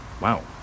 Wow